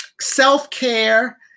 self-care